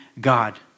God